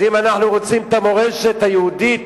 אם אנחנו רוצים את המורשת היהודית,